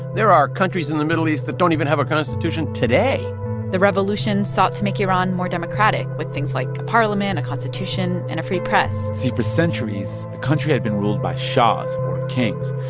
there are countries in the middle east that don't even have a constitution today the revolution sought to make iran more democratic, with things like a parliament, a constitution and a free press see for centuries, the country had been ruled by shahs, or kings,